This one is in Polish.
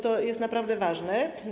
To jest naprawdę ważne.